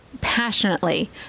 passionately